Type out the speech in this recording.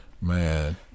man